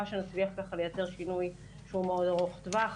שנצליח לייצר שינוי שהוא ארוך טווח.